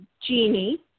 Genie